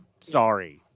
sorry